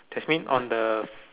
that's mean on the